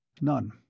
None